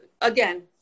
again